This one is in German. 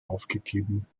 aufgegeben